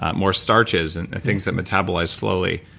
ah more starches, and things that metabolize slowly,